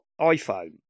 iPhone